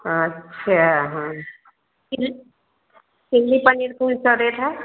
अच्छा हाँ चिल चिल्ली पनीर पूरी क्या रेट है